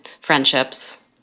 friendships